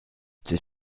c’est